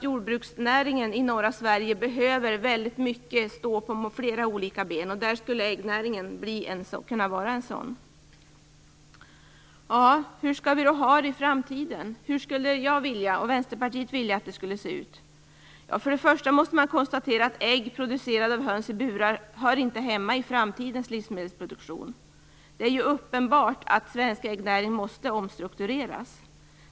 Jordbruksnäringen i norra Sverige behöver ju stå på flera olika ben. Där skulle äggnäringen kunna bidra. Hur skall vi då ha det i framtiden? Hur vill jag och Vänsterpartiet att det skall se ut? För det första måste man konstatera att ägg producerade av höns i burar inte hör hemma i framtidens livsmedelsproduktion. Det är uppenbart att den svenska äggnäringen måste omstruktureras.